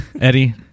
Eddie